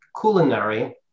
culinary